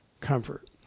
comfort